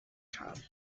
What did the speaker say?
charley